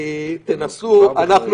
אנחנו כבר מאחרים.